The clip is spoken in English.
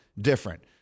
different